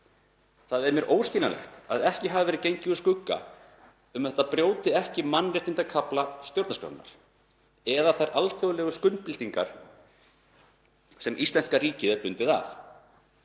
Það er mér óskiljanlegt að ekki hafi verið gengið úr skugga um að þetta brjóti ekki mannréttindakafla stjórnarskrárinnar eða þær alþjóðlegu skuldbindingar sem íslenska ríkið er bundið af.